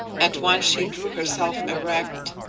at once she drew herself erect.